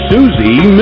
Susie